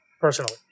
personally